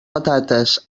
patates